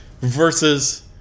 Versus